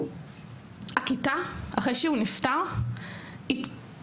הכיתה אחרי שהוא נפטר התפרקה.